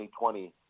2020